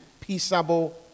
peaceable